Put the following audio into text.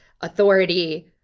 authority